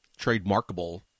trademarkable